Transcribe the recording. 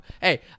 hey